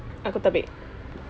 aku tabik